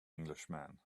englishman